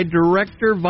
director